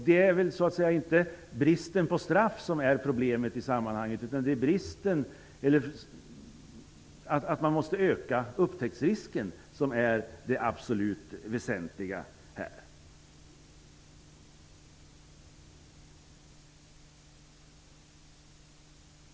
Det är så att säga inte bristen på straff som är problemet i sammanhanget. Det är att man måste öka upptäcktsrisken som är det absolut väsentliga.